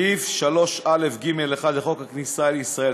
סעיף 3א(ג1) לחוק הכניסה לישראל,